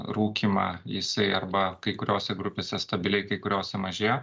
rūkymą jisai arba kai kuriose grupėse stabiliai kai kuriose mažėjo